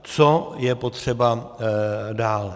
Co je potřeba dál?